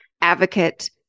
advocate